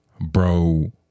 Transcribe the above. Bro